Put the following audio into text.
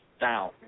down